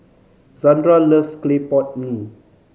Zandra loves clay pot mee